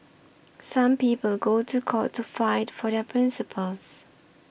some people go to court to fight for their principles